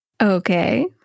Okay